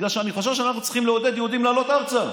בגלל שאני חושב שאנחנו צריכים לעודד יהודים לעלות ארצה.